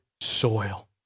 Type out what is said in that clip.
soil